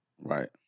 right